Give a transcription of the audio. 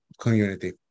community